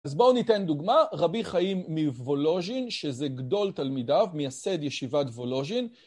אז בואו ניתן דוגמה, רבי חיים מוולוז'ין, שזה גדול תלמידיו, מייסד ישיבת וווז'ין.